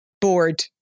bored